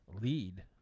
lead